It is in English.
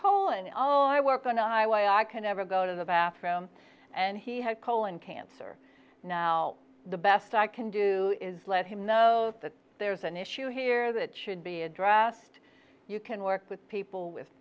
colon oh i work on i why i can never go to the bathroom and he had colon cancer now the best i can do is let him know that there's an issue here that should be addressed you can work with people with